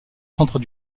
centre